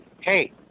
hey